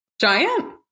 Giant